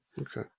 Okay